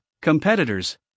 competitors